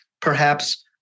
perhaps-